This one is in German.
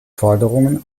forderungen